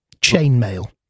Chainmail